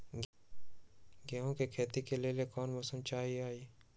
गेंहू के खेती के लेल कोन मौसम चाही अई?